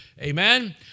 Amen